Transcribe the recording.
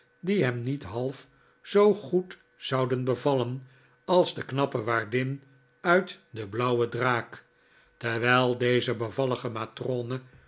die hem niet half zoo goed zouden bevallen als de knappe waardin uit de blauwe draak terwijl deze bevallige matrone